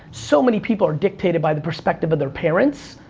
so many people are dictated by the perspective of their parents,